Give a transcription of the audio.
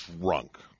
drunk